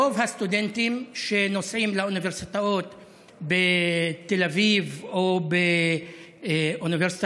רוב הסטודנטים שנוסעים לאוניברסיטאות בתל אביב או לאוניברסיטה